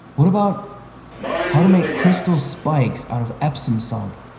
what about how to make crystal spikes out of epsom salt?